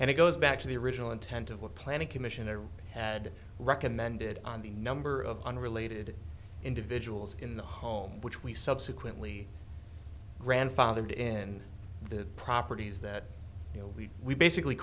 and it goes back to the original intent of the planning commission had recommended on the number of unrelated individuals in the home which we subsequently grandfathered in the properties that you know we basically